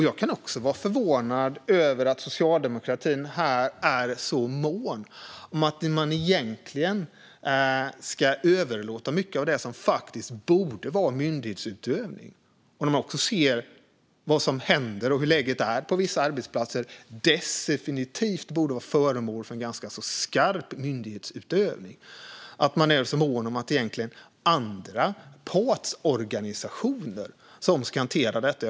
Jag kan också förvånas över att socialdemokratin här är så mån om att man ska överlåta mycket av det som borde vara myndighetsutövning - särskilt när det som händer och hur läget är på vissa arbetsplatser definitivt borde vara föremål för ganska skarp myndighetsutövning - och att man är så mån om att andra organisationer, partsorganisationer, ska hantera detta.